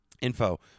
Info